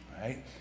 right